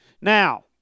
Now